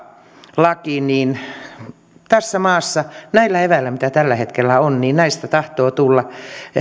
lakiin ja kun tässä maassa näillä eväillä mitä tällä hetkellä on näistä tahtoo tulla